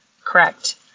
correct